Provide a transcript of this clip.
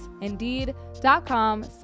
indeed.com